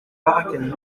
barakani